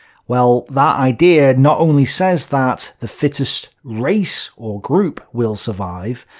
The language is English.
well, that idea not only says that the fittest race, or group, will survive,